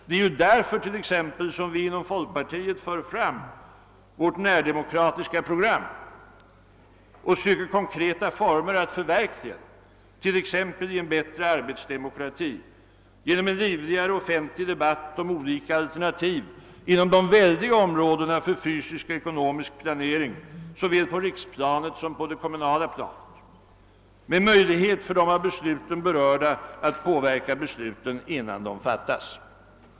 Det är därför t.ex. som vi inom folkpartiet för fram vårt närdemokratiska program och söker konkreta former att förverkliga det, t.ex. i en bättre arbetsdemokrati, genom en livligare offentlig debatt om olika alternativ inom de väldiga områdena för fysisk och ekonomisk planering, såväl på riksplanet som på det kommunala planet, med möjlighet för de av besluten berörda att påverka besluten innan de fattas.